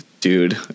dude